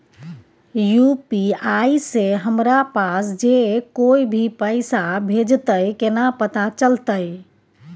UPI से हमरा पास जे कोय भी पैसा भेजतय केना पता चलते?